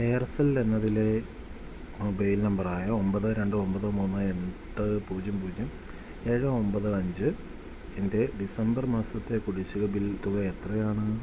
Aircel എന്നതിലെ mobile നമ്പറായ ഒൻപത് രണ്ട് ഒൻപത് മൂന്ന് എട്ട് പൂജ്യം പൂജ്യം ഏഴ് ഒൻപത് അഞ്ച് എൻ്റെ ഡിസംബർ മാസത്തെ കുടിശ്ശിക ബിൽ തുക എത്രയാണ്